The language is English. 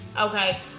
okay